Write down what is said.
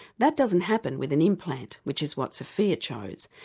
that doesn't happen with an implant which is what sophia chose.